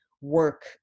work